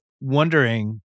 wondering